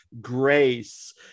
grace